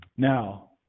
Now